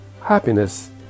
happiness